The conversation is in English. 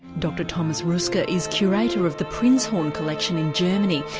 dr thomas roeske ah is curator of the prinzhorn collection in germany.